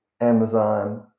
Amazon